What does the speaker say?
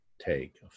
take